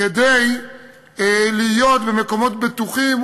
כדי להיות במקומות בטוחים,